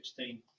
16